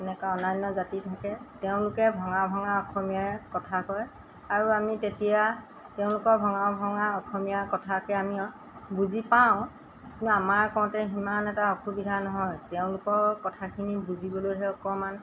এনেকুৱা অন্যান্য জাতি থাকে তেওঁলোকে ভঙা ভঙা অসমীয়া কথা কয় আৰু আমি তেতিয়া তেওঁলোকৰ ভঙা ভঙা অসমীয়া কথাকে আমি বুজি পাওঁ আমাৰ কওঁতে সিমান এটা অসুবিধা নহয় তেওঁলোকৰ কথাখিনি বুজিবলৈহে অকণমান